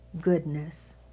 goodness